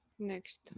Next